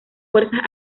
fuerzas